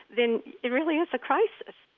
then it really is a crisis.